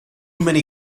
many